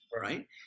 right